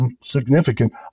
significant